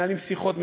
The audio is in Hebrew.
מנהלים שיחות,